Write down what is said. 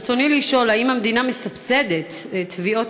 ברצוני לשאול: האם המדינה מסבסדת תביעות